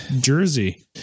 Jersey